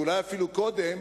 ואולי אפילו קודם,